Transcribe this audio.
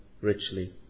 richly